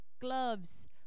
gloves